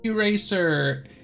Eraser